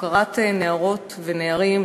הפקרת נערות ונערים,